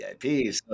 VIP